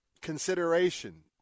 consideration